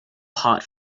hot